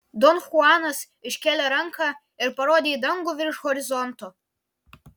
don chuanas iškėlė ranką ir parodė į dangų virš horizonto